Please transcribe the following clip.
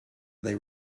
they